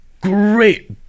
great